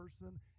person